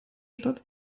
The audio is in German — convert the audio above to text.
stadt